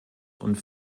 und